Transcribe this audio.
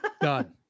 Done